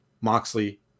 Moxley